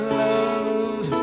love